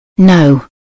No